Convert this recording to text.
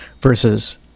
versus